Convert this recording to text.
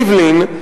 ריבלין,